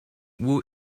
who